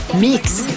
Mix